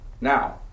Now